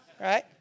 Right